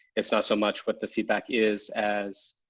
it's not so much what the feedback is as